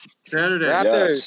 Saturday